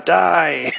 die